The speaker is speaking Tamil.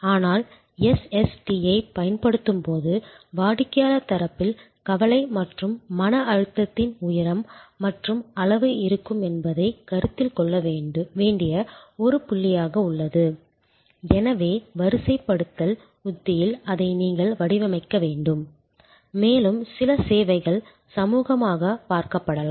ஆனால் எஸ்எஸ்டியைப் பயன்படுத்தும்போது வாடிக்கையாளர் தரப்பில் கவலை மற்றும் மன அழுத்தத்தின் உயரம் மற்றும் அளவு இருக்கும் என்பதை கருத்தில் கொள்ள வேண்டிய ஒரு புள்ளியாக உள்ளது எனவே வரிசைப்படுத்தல் உத்தியில் அதை நீங்கள் வடிவமைக்க வேண்டும் மேலும் சில சேவைகள் சமூகமாக பார்க்கப்படலாம்